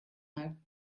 mal